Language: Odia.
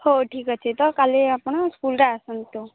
ହଉ ଠିକ୍ ଅଛି ତ କାଲି ଆପଣ ସ୍କୁଲ୍ରେ ଆସନ୍ତୁ